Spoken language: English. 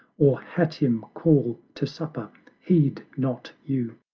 or hatim call to supper heed not you.